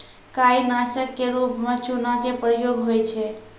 काई नासक क रूप म चूना के प्रयोग होय छै